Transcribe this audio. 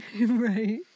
Right